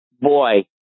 boy